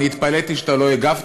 ואני התפלאתי שאתה לא הגבת,